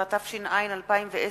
13), התש"ע 2010,